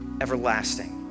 everlasting